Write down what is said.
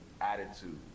attitude